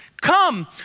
come